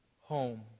home